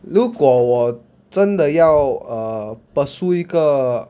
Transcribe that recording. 如果我真的要 err pursue 一个